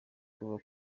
ubwoba